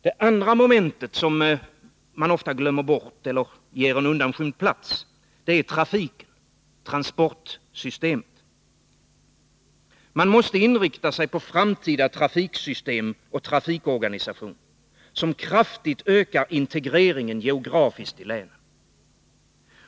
Det andra momentet som man ofta glömmer bort eller ger en undanskymd plats är trafiken, transportsystemet. Man måste inrikta sig på framtida trafiksystem och trafikorganisation, som kraftigt ökar integreringen geografiskt i länen.